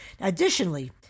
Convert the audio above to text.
Additionally